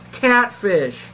catfish